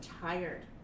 tired